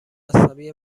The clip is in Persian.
مذهبی